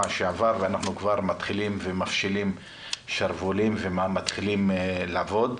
שעבר ואנחנו כבר מפשילים שרוולים ומתחילים לעבוד.